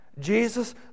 Jesus